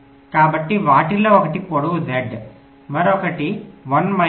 కాబట్టి వాటిలో ఒకటి పొడవు z మరొకటి 1 మైనస్ z